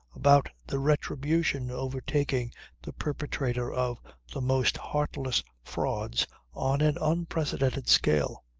about the retribution overtaking the perpetrator of the most heartless frauds on an unprecedented scale.